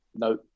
no